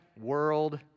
World